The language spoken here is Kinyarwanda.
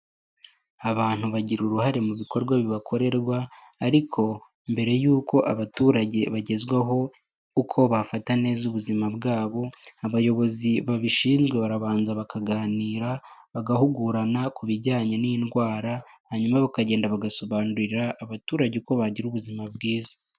Abantu bagira uruhare mu bikorwa bibakorerwa, ariko mbere y'uko abaturage bagezwaho uko bafata neza ubuzima bwabo, abayobozi babishinzwe barabanza bakaganira, bagahugurana ku bijyanye n'indwara, hanyuma bakagenda bagasobanurira abaturage uko bagira ubuzima bwiza.